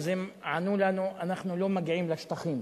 אז הם ענו לנו: אנחנו לא מגיעים לשטחים.